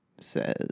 says